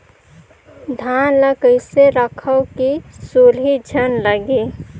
धान ल कइसे रखव कि सुरही झन लगे?